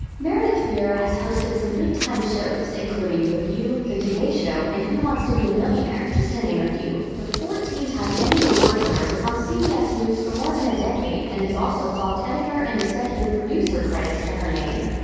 meredith vieira has hosted some big-time shows, including the view, the today show, and who wants to be a millionaire, to name just a few. the fourteen time emmy award-winner was on cbs news for more than a decade, and has also clocked editor and executive producer credits to her name.